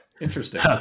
Interesting